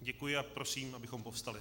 Děkuji a prosím, abychom povstali.